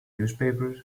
newspapers